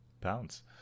pounds